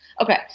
Okay